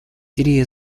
сирии